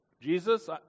Jesus